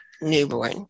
newborn